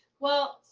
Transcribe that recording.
well,